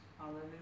Hallelujah